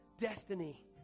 Destiny